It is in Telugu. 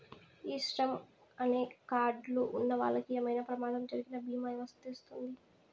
ఈ శ్రమ్ అనే కార్డ్ లు ఉన్నవాళ్ళకి ఏమైనా ప్రమాదం జరిగిన భీమా వర్తిస్తుంది